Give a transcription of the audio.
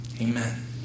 Amen